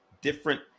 different